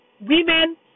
women